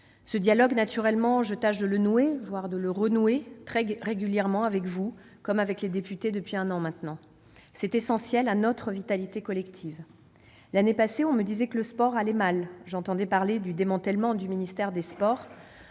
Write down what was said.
également de nouer, voire de renouer ce dialogue très régulièrement avec vous comme avec les députés depuis un an maintenant. C'est essentiel à notre vitalité collective. L'année dernière, on me disait que le sport allait mal ; j'entendais parler du démantèlement du ministère des sports.